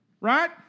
Right